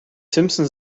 simpson